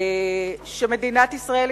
שמדינת ישראל,